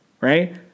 right